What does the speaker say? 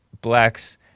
blacks